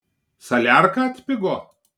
saliarka atpigo